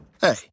Hey